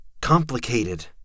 complicated